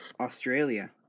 Australia